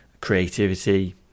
creativity